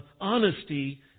honesty